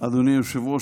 אדוני היושב-ראש,